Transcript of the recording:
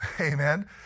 Amen